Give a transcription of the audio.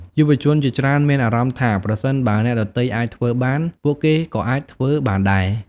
យុវជនជាច្រើនមានអារម្មណ៍ថា ប្រសិនបើអ្នកដទៃអាចធ្វើបាន ពួកគេក៏អាចធ្វើបានដែរ។